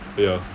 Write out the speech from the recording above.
ya